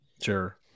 Sure